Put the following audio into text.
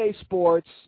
Sports